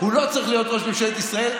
הוא לא צריך להיות ראש ממשלת ישראל.